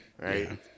right